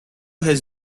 has